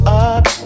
up